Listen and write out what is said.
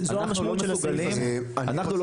אנחנו לא